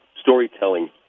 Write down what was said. storytelling